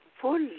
full